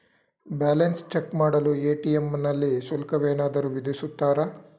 Balance check ಮಾಡಲು ATM ನಲ್ಲಿ ಶುಲ್ಕವೇನಾದರೂ ವಿಧಿಸುತ್ತಾರಾ?